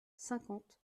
cinquante